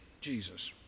Jesus